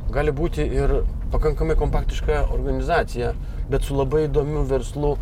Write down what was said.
gali būti ir pakankamai kompaktiška organizacija bet su labai įdomiu verslu